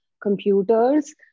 computers